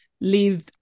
Live